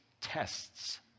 tests